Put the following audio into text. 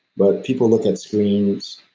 but people look at screens.